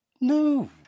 No